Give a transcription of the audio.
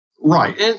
Right